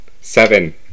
Seven